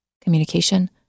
communication